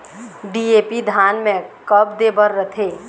DAP धान मे कब दे बर रथे?